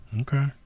Okay